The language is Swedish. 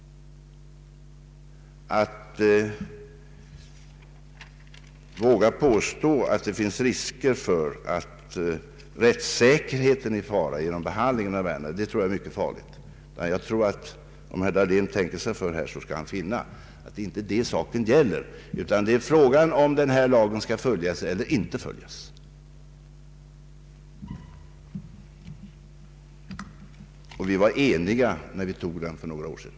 Att påstå att det finns risker för att rättssäkerheten är i fara genom behandlingen av ärendena tror jag är mycket farligt. Om herr Dahlén tänker sig för skall han finna att det inte är det saken gäller utan frågan är om denna lag skall följas eller inte följas. Vi var eniga när vi tog den för några år sedan.